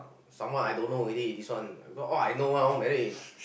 some more I don't know already this one because all I know one all married